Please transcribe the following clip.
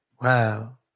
wow